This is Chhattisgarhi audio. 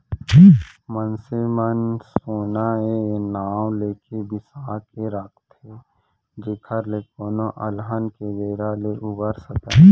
मनसे मन सोना ए नांव लेके बिसा के राखथे जेखर ले कोनो अलहन के बेरा ले उबर सकय